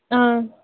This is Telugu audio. ఆ